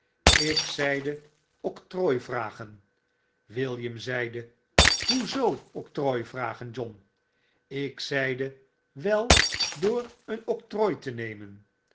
ik zeide octrooi vragen william zeide hoe zoo octrooi vragen john ik zeide wei door een octrooi te nemen